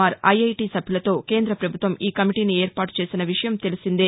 are IIT సభ్యులతో కేంద్ర ప్రభుత్వం ఈ కమిటీని ఏర్పాటు చేసిన విషయం తెలిసిందే